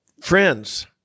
Friends